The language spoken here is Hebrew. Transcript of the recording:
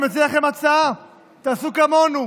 אני מציע לכם הצעה: תעשו כמונו,